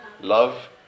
love